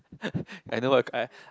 I know what